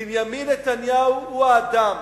בנימין נתניהו הוא האדם